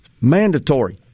mandatory